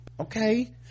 okay